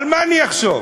על מה אני אחשוב?